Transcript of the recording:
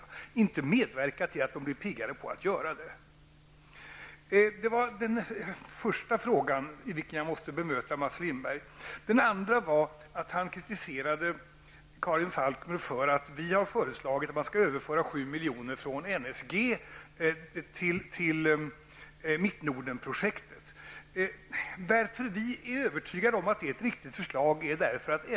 Den kommer alltså inte att medverka till att människor blir piggare på att göra det. Det var den första fråga där jag måste bemöta Den andra frågan gäller hans kritik av Karin Falkmer med anledning av att vi har föreslagit att 7 Mittnordenprojektet. Vi är nämligen övertygade om att det är ett riktigt förslag.